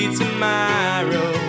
tomorrow